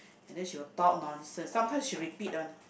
and then she will talk nonsense sometimes she repeats one